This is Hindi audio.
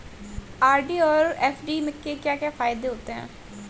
आर.डी और एफ.डी के क्या क्या फायदे होते हैं?